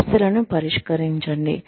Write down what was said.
సమస్యలను పరిష్కరించండి